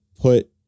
put